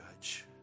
judge